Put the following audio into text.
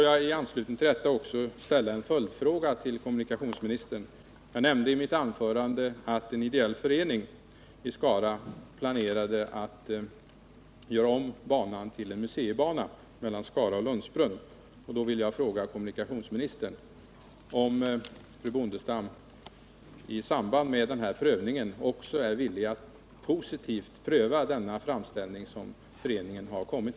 Jag nämnde i mitt anförande att en ideell förening i Skara planerade att göra om banan till en museibana mellan Skara och Lundsbrunn. I anslutning härtill vill jag ställa en följdfråga till kommunikationsministern: Är fru Bondestam beredd att i samband med behandlingen av frågan positivt pröva också den framställning som föreningen har gjort?